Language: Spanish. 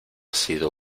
sido